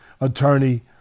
attorney